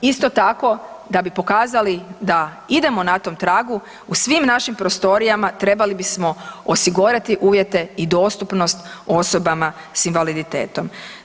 Isto tako, da bi pokazali da idemo na tom tragu u svim našim prostorijama trebali bismo osigurati uvjete i dostupnost osobama s invaliditetom.